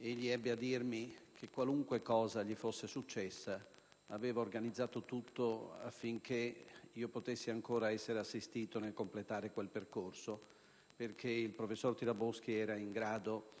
egli mi disse che, qualunque cosa gli fosse successa, aveva organizzato tutto affinché potessi ancora essere assistito nel completare quel percorso, perché il professor Tiraboschi era in grado